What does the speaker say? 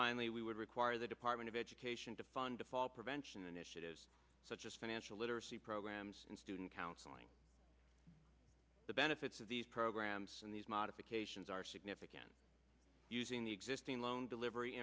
finally we would require the department of education to fund a fall prevention issue to such as financial literacy programs and student counseling the benefits of these programs and these modifications are significant using the existing loan delivery